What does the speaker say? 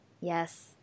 Yes